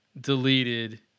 deleted